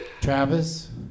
Travis